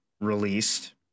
released